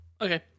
Okay